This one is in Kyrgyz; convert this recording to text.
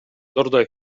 дордой